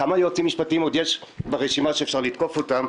כמה יועצים עוד יש ברשימה שאפשר לתקוף אותם?